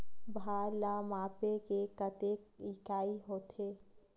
भार ला मापे के कतेक इकाई होथे?